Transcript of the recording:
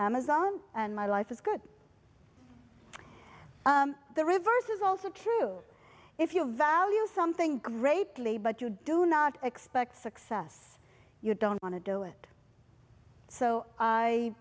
amazon and my life is good the reverse is also true if you value something greatly but you do not expect success you don't want to do it so i